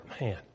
Man